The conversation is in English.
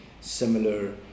similar